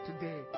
today